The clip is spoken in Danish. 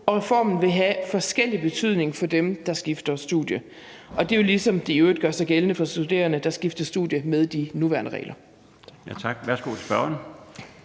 at reformen har forskellig betydning for dem, der skifter studie. Det er jo ligesom, det i øvrigt gør sig gældende for studerende, der skifter studie under de nuværende regler.